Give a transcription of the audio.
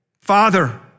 Father